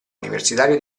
universitario